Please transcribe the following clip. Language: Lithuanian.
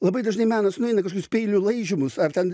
labai dažnai menas nueina į kažkokius peilių laižymus ar ten